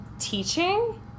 teaching